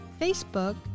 Facebook